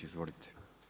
Izvolite.